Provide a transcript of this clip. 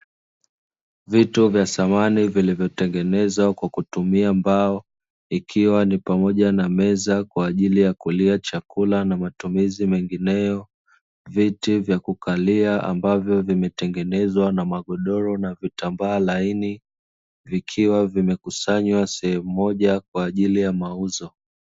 Vitu vya samani vilivyotengenezwa kwa kutumia mbao ikiwa ni pamoja na: meza kwa ajili ya kulia chakula na matumizi mengineyo, viti vya kukalia ambavyo vimetengenezwa na magodoro na vitambaa laini; vikiwa vimekusanywa sehemu moja kwa ajili ya mauzo.